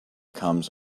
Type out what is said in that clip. comes